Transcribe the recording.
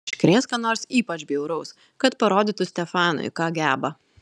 iškrės ką nors ypač bjauraus kad parodytų stefanui ką geba